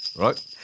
Right